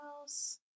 else